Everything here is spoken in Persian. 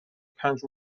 پنج